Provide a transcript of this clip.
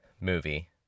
movie